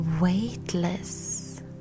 weightless